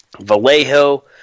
Vallejo